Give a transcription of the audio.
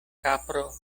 kapro